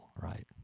right